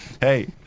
Hey